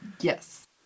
Yes